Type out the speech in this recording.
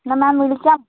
എന്നാൽ മാം വിളിച്ചാൽ